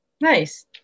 Nice